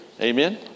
Amen